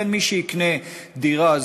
לכן מי שיקנה דירה,